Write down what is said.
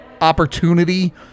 opportunity